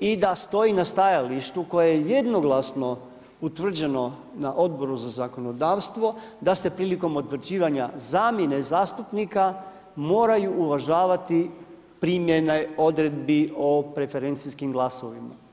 i da stoji na stajalištu koje je jednoglasno utvrđeno na Odboru za zakonodavstvo da se prilikom utvrđivanja zamjene zastupnika moraju uvažavati primjene odredbi o preferencijskim glasovima.